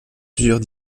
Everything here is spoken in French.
plusieurs